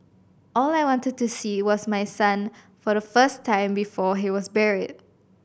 all I wanted to see was my son for the first time before he was buried